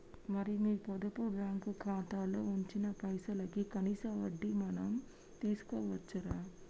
మరి నీ పొదుపు బ్యాంకు ఖాతాలో ఉంచిన పైసలకి కనీస వడ్డీ మనం తీసుకోవచ్చు రా